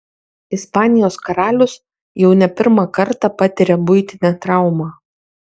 ispanijos karalius jau ne pirmą kartą patiria buitinę traumą